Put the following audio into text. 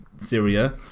Syria